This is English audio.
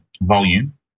volume